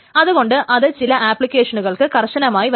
അതുകൊണ്ട് അത് ചില ആപ്ലിക്കേഷനുകൾക്ക് കർശനമായി വരാം